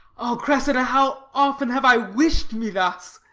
o cressid, how often have i wish'd me thus!